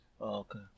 Okay